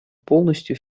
полностью